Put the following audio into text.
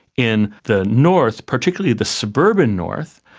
in the north, particularly the suburban north,